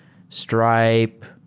stripe,